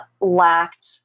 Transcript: lacked